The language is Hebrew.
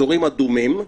אזורים אדומים,